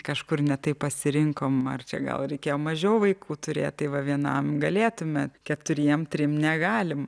kažkur ne taip pasirinkom ar čia gal reikėjo mažiau vaikų turėt tai va vienam galėtume keturiem trim negalim